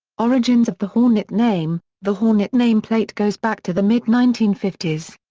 origins of the hornet name the hornet name plate goes back to the mid nineteen fifty s.